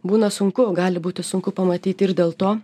būna sunku gali būti sunku pamatyti ir dėl to